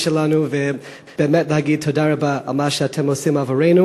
שלנו ובאמת להגיד תודה רבה על מה שאתם עושים עבורנו